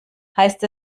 heißt